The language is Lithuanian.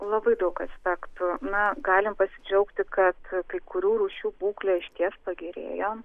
labai daug aspektų na galim pasidžiaugti kad kai kurių rūšių būklė išties pagerėjo